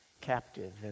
captive